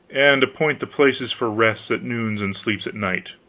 and appoint the places for rests at noons and sleeps at night.